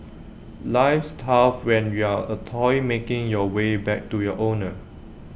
life's tough when you're A toy making your way back to your owner